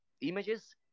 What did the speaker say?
images